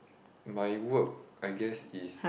my work I guess is